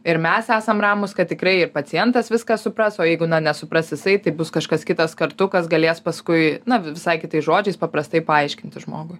ir mes esam ramūs kad tikrai ir pacientas viską supras o jeigu na nesupras jisai tai bus kažkas kitas kartu kas galės paskui na visai kitais žodžiais paprastai paaiškinti žmogui